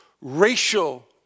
Racial